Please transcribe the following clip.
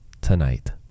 tonight